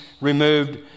removed